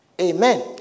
Amen